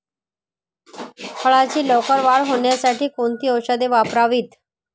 फळाची लवकर वाढ होण्यासाठी कोणती औषधे वापरावीत?